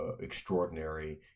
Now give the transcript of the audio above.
extraordinary